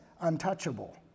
untouchable